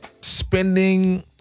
spending